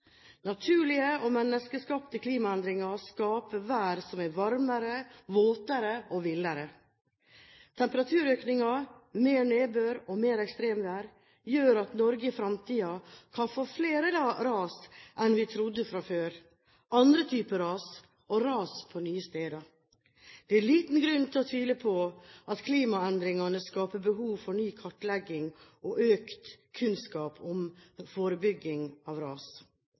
Naturlige og menneskeskapte klimaendringer skaper vær som er varmere, våtere og villere. Temperaturøkninger, mer nedbør og mer ekstremvær gjør at Norge i fremtiden kan få flere ras enn vi trodde før, andre typer ras og ras på nye steder. Det er liten grunn til å tvile på at klimaendringene skaper behov for ny kartlegging og økt kunnskap om forebygging av ras.